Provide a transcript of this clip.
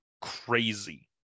crazy